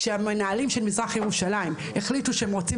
כשהמנהלים של מזרח ירושלים החליטו שהם רוצים